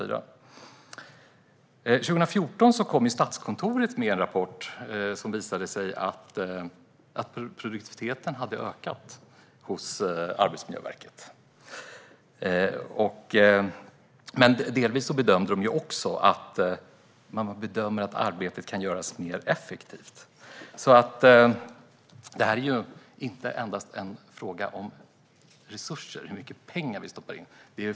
År 2014 kom Statskontoret med en rapport som visade att produktiviteten hos Arbetsmiljöverket hade ökat. Delvis gjordes dock också bedömningen att arbetet kunde göras mer effektivt. Detta är alltså inte endast en fråga om resurser, hur mycket pengar vi stoppar in.